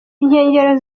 inkengero